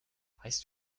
heißt